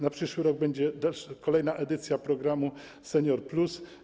Na przyszły rok będzie kolejna edycja programu „Senior+”